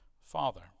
father